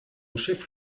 chef